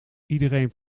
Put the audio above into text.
iedereen